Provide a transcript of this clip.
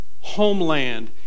homeland